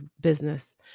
business